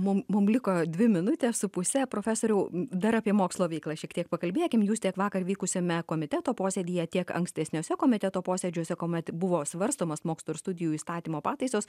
mums mums liko dvi minutės su puse profesorių dar apie mokslo veiklą šiek tiek pakalbėkime jūs tiek vakar vykusiame komiteto posėdyje tiek ankstesniuose komiteto posėdžiuose kuomet buvo svarstomas mokslo ir studijų įstatymo pataisos